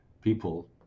people